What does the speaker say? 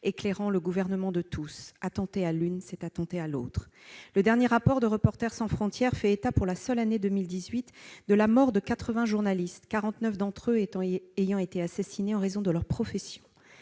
éclairant le gouvernement de tous. Attenter à l'une c'est attenter à l'autre. » Le dernier rapport de Reporters sans frontières fait état, pour la seule année 2018, de la mort de 80 journalistes, dont 49 assassinés en raison de leur profession.